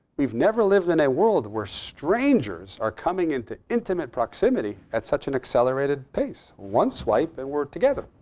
we've never lived in a world where strangers are coming into intimate proximity at such an accelerated pace. one swipe and we're together.